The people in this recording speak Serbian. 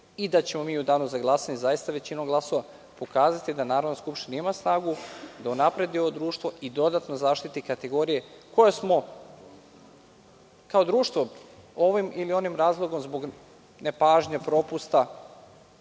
i da ćemo mi u danu za glasanje zaista većinom glasova pokazati da Narodna skupština ima snagu da unapredi ovo društvo i dodatno zaštiti kategorije koje smo kao društvo ovim ili onim razlogom, zbog nepažnje, propusta,